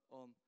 on